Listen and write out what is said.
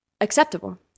acceptable